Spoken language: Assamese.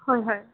হয় হয়